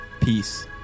Peace